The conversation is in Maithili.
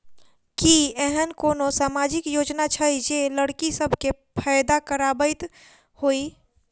की एहेन कोनो सामाजिक योजना छै जे लड़की सब केँ फैदा कराबैत होइ?